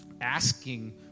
asking